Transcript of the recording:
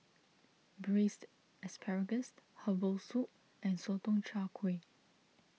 Braised Asparagus Herbal Soup and Sotong Char Kway